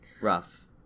Rough